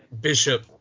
Bishop